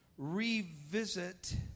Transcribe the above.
revisit